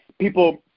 people